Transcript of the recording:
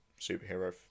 superhero